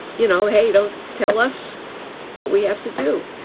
you know, hey, don't tell us what we have to do.